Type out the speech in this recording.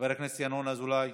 חבר הכנסת ינון אזולאי,